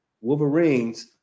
Wolverines